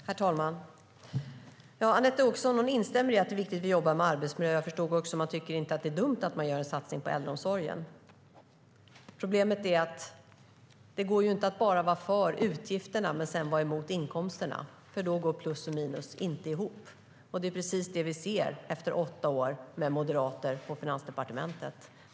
Herr talman! Anette Åkesson instämmer i att det är viktigt att jobba med arbetsmiljöfrågor. Jag förstod också att man inte tycker att det är dumt att satsa på äldreomsorgen. Problemet är att det inte går att bara vara för utgifterna men sedan vara emot inkomsterna. Då går plus och minus inte ihop. Det är precis vad vi ser efter åtta år med moderater på Finansdepartementet.